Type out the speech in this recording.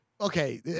Okay